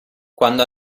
quando